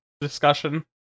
discussion